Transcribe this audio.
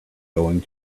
going